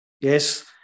Yes